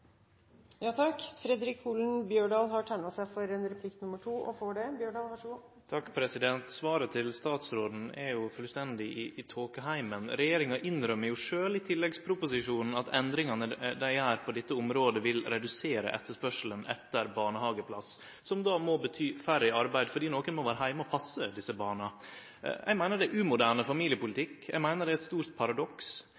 Svaret frå statsråden er fullstendig i tåkeheimen. Regjeringa innrømmer jo sjølv i tilleggsproposisjonen at endringane ho gjer på dette området, vil redusere etterspørselen etter barnehageplass, som då må bety færre i arbeid, fordi nokon må vere heime og passe desse barna. Eg meiner det er umoderne